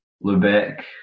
Lubeck